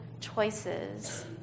choices